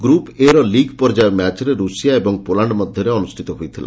group A ର league ପର୍ଯ୍ୟାୟ ମ୍ୟାଚ୍ରେ ରୁଷିଆ ଏବଂ ପୋଲାଣ୍ଡ ମଧ୍ଧରେ ଅନୁଷିତ ହୋଇଥିଲା